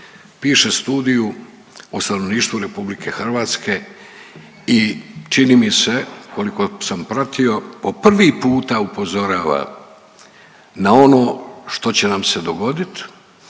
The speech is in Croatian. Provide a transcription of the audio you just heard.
piše Studiju o stanovništvu RH i čini mi se koliko sam pratio po prvi puta upozorava na ono što će nam se dogodit